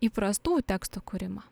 įprastų tekstų kūrimą